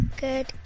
Good